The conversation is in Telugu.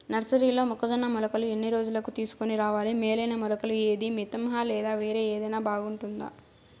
నర్సరీలో మొక్కజొన్న మొలకలు ఎన్ని రోజులకు తీసుకొని రావాలి మేలైన మొలకలు ఏదీ? మితంహ లేదా వేరే ఏదైనా బాగుంటుందా?